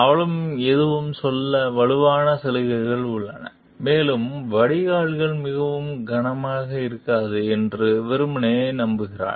அவளுக்கு எதுவும் சொல்ல வலுவான சலுகைகள் உள்ளன மேலும் வடிகால்கள் மிகவும் கனமாக இருக்காது என்று வெறுமனே நம்புகிறாள்